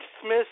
Smith